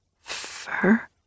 Fur